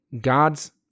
God's